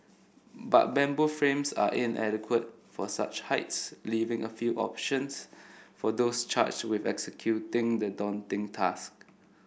but bamboo frames are inadequate for such heights leaving a few options for those charged with executing the daunting task